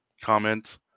comment